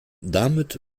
damit